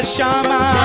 Shama